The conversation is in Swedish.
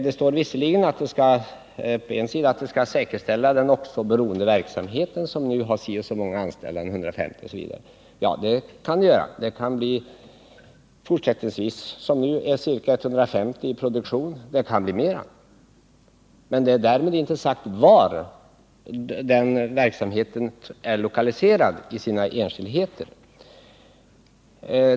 Det står visserligen på en sida att projektet skall säkerställa den oxoberoende verksamheten, som har så och så många anställda — 150 osv. Ja, det kan det göra. Det kan fortsättningsvis som nu bli ca 150 i produktion, och det kan bli flera. Men därmed är inte sagt var den verksamheten är lokaliserad i sina enskildheter.